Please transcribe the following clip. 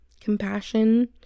compassion